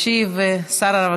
ישיב שר העבודה,